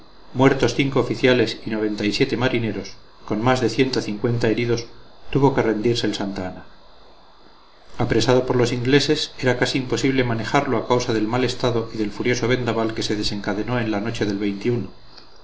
muertos cinco oficiales y noventa y siete marineros con más de ciento cincuenta heridos tuvo que rendirse el santa ana apresado por los ingleses era casi imposible manejarlo a causa del mal estado y del furioso vendaval que se desencadenó en la noche del